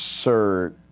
sir